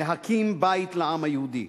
להקים בית לעם היהודי.